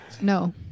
No